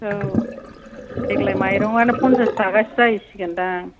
औ देग्लाय मायरंआनो पन्सास थाखासो जाहैसिगोनदां